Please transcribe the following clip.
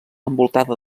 envoltada